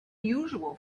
usual